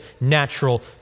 natural